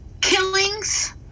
killings